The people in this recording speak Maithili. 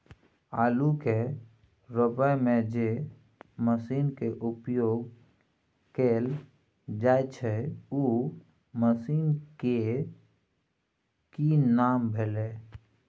आलू के रोपय में जे मसीन के उपयोग कैल जाय छै उ मसीन के की नाम भेल?